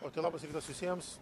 o tai labas rytas visiems